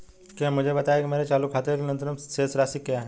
कृपया मुझे बताएं कि मेरे चालू खाते के लिए न्यूनतम शेष राशि क्या है